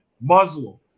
Muslim